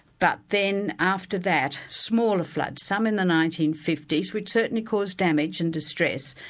but then after that, smaller floods, some in the nineteen fifty s which certainly caused damage and distress,